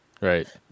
right